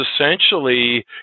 essentially